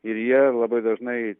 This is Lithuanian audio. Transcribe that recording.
ir jie labai dažnai